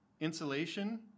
insulation